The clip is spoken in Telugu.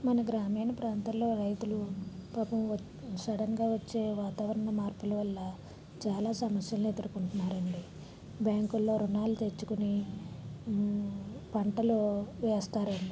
మన గ్రామీణ ప్రాంతంలో రైతులు పాపం సడన్గా వచ్చే వాతావరణ మార్పులు వల్ల చాలా సమస్యలని ఎదుర్కొంటున్నారు అండి బ్యాంకుల్లో రుణాలు తెచ్చుకుని పంటలు వేస్తారు అండి